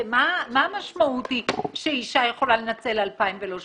כי מה המשמעות שאישה יכולה לנצל 2,000 ולא 8,000?